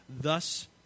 thus